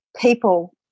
people